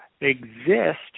exist